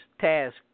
task